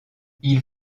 ils